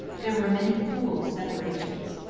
there were many cruel separations.